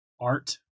art